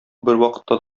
бервакытта